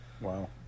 Wow